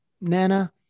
Nana